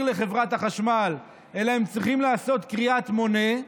לחברת החשמל אלא הם צריכים לעשות קריאת מונה.